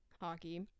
hockey